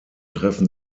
treffen